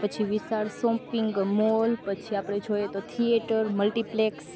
પછી વિશાળ shopping mall પછી આપણે જોઇએ તો થિયેટર મલ્ટીપ્લેક્સ